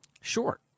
Sure